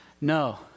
No